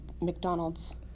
McDonald's